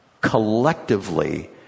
collectively